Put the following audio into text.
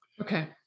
Okay